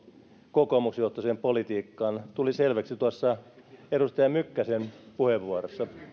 kokoomusjohtoiseen politiikkaan tuli selväksi tuossa edustaja mykkäsen puheenvuorossa